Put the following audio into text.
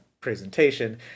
presentation